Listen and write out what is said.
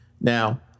Now